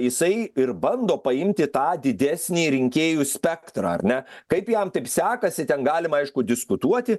jisai ir bando paimti tą didesnį rinkėjų spektrą ar ne kaip jam taip sekasi ten galima aišku diskutuoti